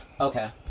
Okay